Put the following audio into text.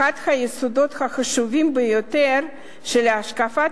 אחד היסודות החשובים ביותר של השקפת